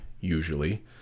usually